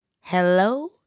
Hello